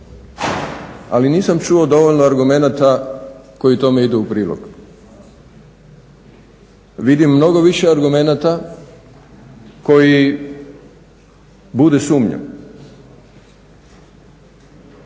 ali nisam čuo dovoljno argumenata koji tome idu u prilog. Vidim mnogo više argumenata koji bude sumnju.